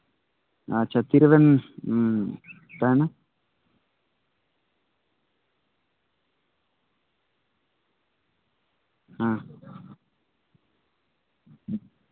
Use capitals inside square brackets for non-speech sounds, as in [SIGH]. ᱟᱪᱪᱷᱟ ᱛᱤᱨᱮ ᱵᱮᱱ ᱛᱟᱦᱮᱱᱟ ᱦᱮᱸ [UNINTELLIGIBLE]